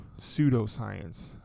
pseudoscience